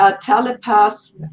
telepath